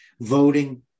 Voting